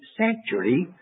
sanctuary